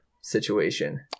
situation